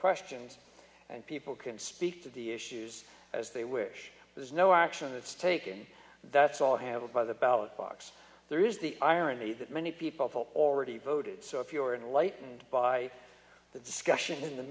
questions and people can speak to the issues as they wish there's no action is taken that's all handled by the ballot box there is the irony that many people already voted so if you are enlightened by the discussion in the